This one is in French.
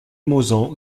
mauzan